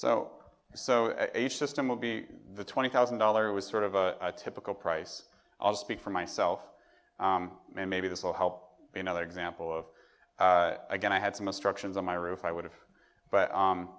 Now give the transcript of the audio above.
so so a system will be the twenty thousand dollars was sort of a typical price i'll speak for myself maybe this will help me another example of again i had some instructions on my roof i would have but